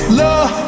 love